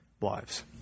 lives